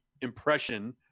impression